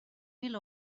mil